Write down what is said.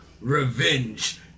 revenge